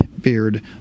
beard